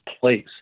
place